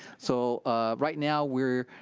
so right now we're,